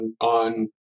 on